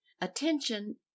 Attention